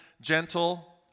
gentle